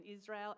Israel